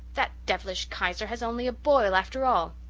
that devilish kaiser has only a boil after all.